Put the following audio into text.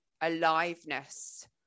aliveness